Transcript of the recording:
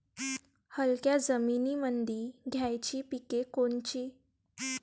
हलक्या जमीनीमंदी घ्यायची पिके कोनची?